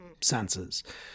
senses